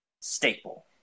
staple